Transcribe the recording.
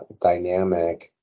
dynamic